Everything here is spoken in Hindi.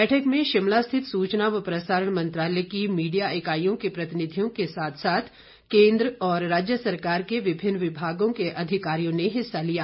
बैठक में शिमला स्थित सुचना व प्रसारण मंत्रालय की मीडिया इकाईयों के प्रतिनिधियों के साथ साथ केंद्र और राज्य सरकार के विभिन्न विभागों के अधिकारियों ने हिस्सा लिया